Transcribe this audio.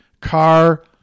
car